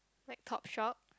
like Topshop